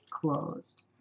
closed